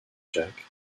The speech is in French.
jack